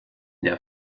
der